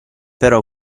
però